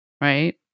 Right